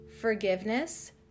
forgiveness